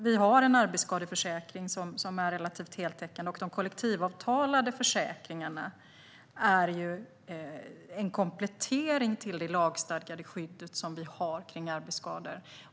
Vi har en arbetsskadeförsäkring som är relativt heltäckande, och de kollektivavtalade försäkringarna är en komplettering till det lagstadgade skydd som vi har kring arbetsskador.